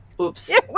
oops